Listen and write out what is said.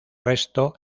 resto